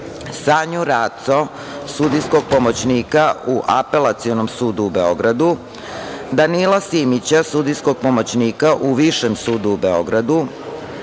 Sanju Raco, sudijskog pomoćnika u Apelacionom sudu u Beogradu; Danila Simića, sudijskog pomoćnika u Višem sudu u Beogradu;